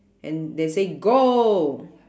and they say goal